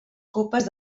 copes